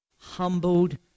humbled